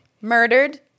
murdered